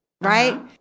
right